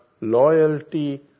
loyalty